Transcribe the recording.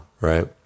right